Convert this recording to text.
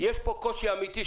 יש פה קושי אמיתי,